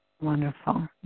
Wonderful